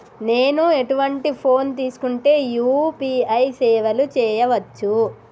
నేను ఎటువంటి ఫోన్ తీసుకుంటే యూ.పీ.ఐ సేవలు చేయవచ్చు?